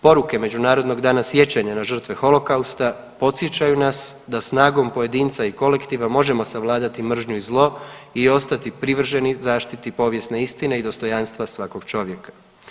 Poruke Međunarodnog dana sjećanja na žrtve holokausta podsjećaju nas da snagom pojedinca i kolektiva možemo savladati mržnju i zlo i ostati privrženi zaštiti povijesne istine i dostojanstva svakog čovjeka.